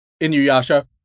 Inuyasha